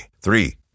Three